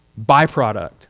byproduct